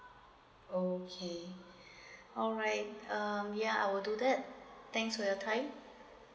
orh okay alright um ya I will do that thanks for your time